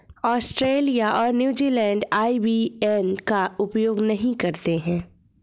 Australia और New Zealand IBAN का उपयोग नहीं करते हैं